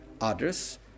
others